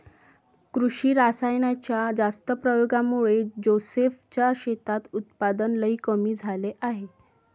कृषी रासायनाच्या जास्त प्रयोगामुळे जोसेफ च्या शेतात उत्पादन लई कमी झाले आहे